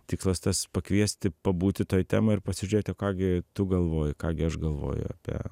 tikslas tas pakviesti pabūti toj temoj ir pasižiūrėti o ką gi tu galvoji ką gi aš galvoju apie